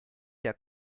der